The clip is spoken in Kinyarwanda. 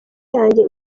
yanjye